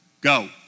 go